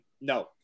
no